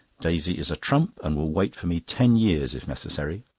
daisy is a trump, and will wait for me ten years, if necessary.